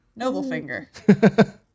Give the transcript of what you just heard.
Noblefinger